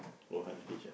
luohan fish ah